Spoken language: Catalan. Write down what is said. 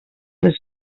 les